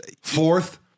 Fourth